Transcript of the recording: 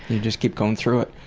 you just keep going through it.